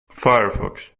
firefox